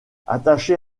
attaché